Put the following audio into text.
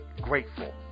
Grateful